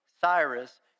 Cyrus